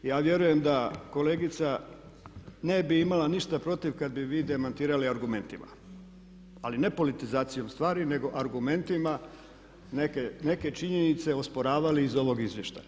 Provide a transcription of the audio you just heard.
Ja vjerujem da kolegica ne bi imala ništa protiv kad bi vi demantirali argumentima ali ne politizacijom stvari nego argumentima neke činjenice osporavali iz ovog izvještaja.